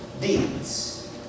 deeds